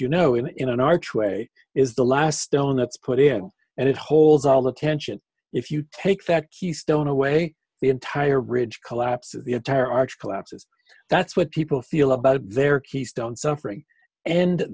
you know in an archway is the last stone that's put in and it holds all the tension if you take that keystone away the entire bridge collapse of the entire arch collapses that's what people feel about their keystone suffering and